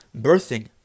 birthing